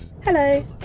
Hello